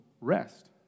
rest